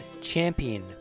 champion